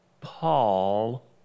Paul